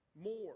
more